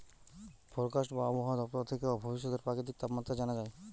forecast বা আবহায়া দপ্তর থেকে ভবিষ্যতের প্রাকৃতিক তাপমাত্রা জানা যায়